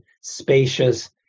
spacious